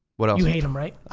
what else? you hate him, right?